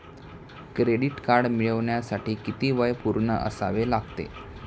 Credit card मिळवण्यासाठी किती वय पूर्ण असावे लागते?